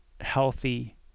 healthy